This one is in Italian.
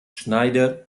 schneider